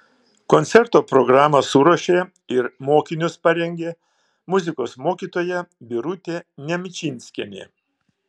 koncerto programą suruošė ir mokinius parengė muzikos mokytoja birutė nemčinskienė